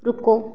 ਰੁਕੋ